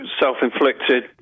self-inflicted